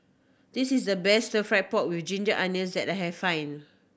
this is the best Stir Fried Pork With Ginger Onions that I find